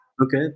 Okay